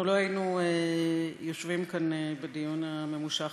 אנחנו לא היינו יושבים כאן בדיון הממושך